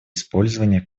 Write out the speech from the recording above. использования